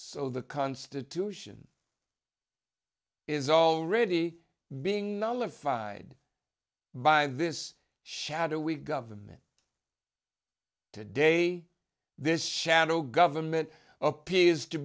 so the constitution is already being nullified by this shadow we've government today this shadow government appears to